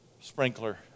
sprinkler